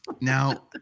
now